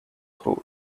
throat